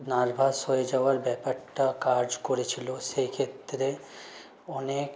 nervous হয়ে যাওয়ার ব্যাপারটা কাজ করেছিল সে ক্ষেত্রে অনেক